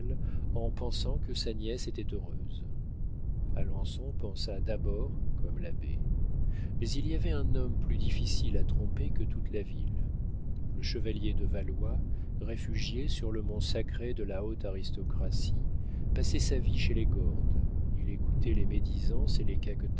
en pensant que sa nièce était heureuse alençon pensa d'abord comme l'abbé mais il y avait un homme plus difficile à tromper que toute la ville le chevalier de valois réfugié sur le mont sacré de la haute aristocratie passait sa vie chez les gordes il écoutait les médisances et les